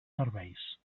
serveis